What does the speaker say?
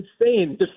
insane